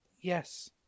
Yes